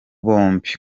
bombi